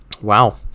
Wow